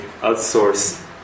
outsource